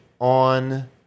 on